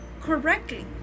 correctly